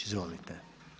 Izvolite.